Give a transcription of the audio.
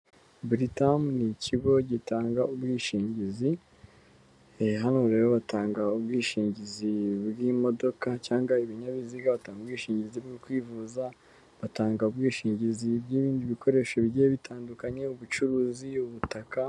Britam n'ikigo gitanga ubwishingizi, hano rero batanga ubwishingizi bw'imodoka cyangwa ibinyabiziga, batanga ubwishingizi bwo kwivuza, batanga ubwishingizi bw'ibindi bikoresho bigiye bitandukanye ubucuruzi, ubutaka.